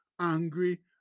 angry